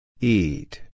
Eat